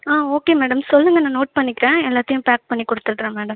ஆ okay madam சொல்லுங்கள் நான் note பண்ணிக்கிறேன் எல்லாத்தையும் பேக் பண்ணி கொடுத்துட்றேன் மேடம்